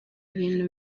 ibintu